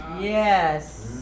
Yes